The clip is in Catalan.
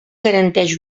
garanteix